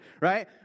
right